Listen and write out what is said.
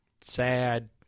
sad